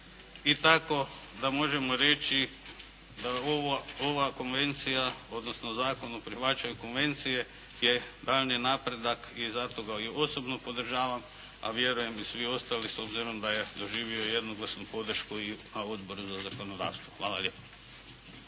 I tako da možemo reći da ova Konvencija odnosno Zakon o prihvaćanju Konvencije je daljnji napredak i zato ga i osobno podržavam, a i vjerujem i svi ostali s obzirom da je doživio i jednoglasnu podršku i na Odboru za zakonodavstvo. Hvala lijepo.